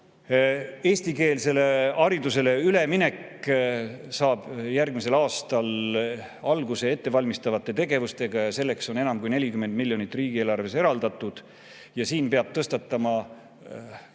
eestikeelsele haridusele saab järgmisel aastal alguse ettevalmistavate tegevustega, selleks on enam kui 40 miljonit riigieelarves eraldatud. Siin peab tõstatama